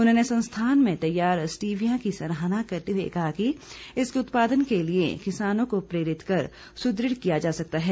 उन्होंने संस्थान में तैयार स्टीविया की सराहना करते हुए कहा कि इसके उत्पादन के लिए किसानों को प्रेरित कर सुदृढ़ किया जा सकता है